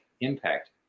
impact